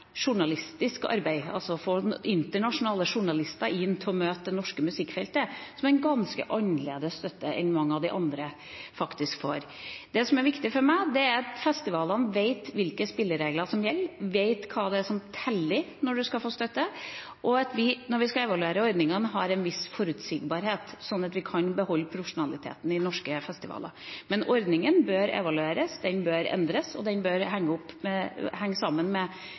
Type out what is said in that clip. journalistisk arbeid, altså få internasjonale journalister inn for å møte det norske musikkfeltet, som er en ganske annerledes støtte enn mange av de andre får. Det som er viktig for meg, er at festivalene vet hvilke spilleregler som gjelder, vet hva det er som teller når man skal få støtte, og at vi, når vi skal evaluere ordningene, har en viss forutsigbarhet, sånn at vi kan beholde profesjonaliteten i norske festivaler. Men ordninga bør evalueres, den bør endres, og den bør henge sammen med